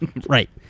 Right